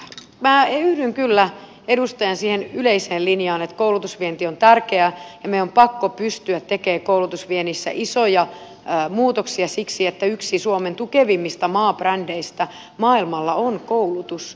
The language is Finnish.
minä yhdyn kyllä siihen edustajan yleiseen linjaan että koulutusvienti on tärkeää ja meidän on pakko pystyä tekemään koulutusviennissä isoja muutoksia siksi että yksi suomen tukevimmista maabrändeistä maailmalla on koulutus